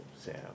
Sam